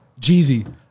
Jeezy